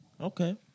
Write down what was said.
Okay